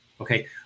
Okay